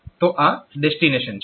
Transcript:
તો આ ડેસ્ટીનેશન છે